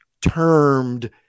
termed